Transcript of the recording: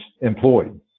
employed